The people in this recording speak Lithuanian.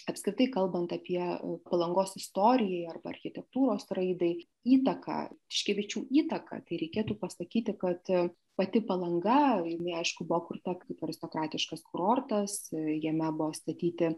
apskritai kalbant apie palangos istorijai arba architektūros raidai įtaką tiškevičių įtaką tai reikėtų pasakyti kad pati palanga jinai aišku buvo kurta kaip aristokratiškas kurortas jame buvo statyti